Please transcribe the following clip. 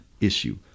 issue